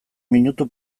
minutu